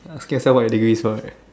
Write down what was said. uh so what's your degree is for right